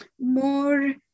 more